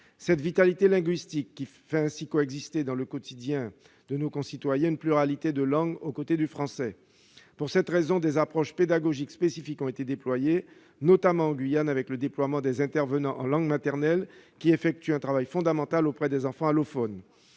Cette vitalité linguistique fait ainsi coexister une pluralité de langues aux côtés du français. Pour cette raison, des approches pédagogiques spécifiques ont été mises en oeuvre, notamment en Guyane avec le déploiement des intervenants en langue maternelle qui effectuent un travail fondamental auprès des enfants allophones.